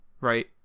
Right